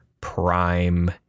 prime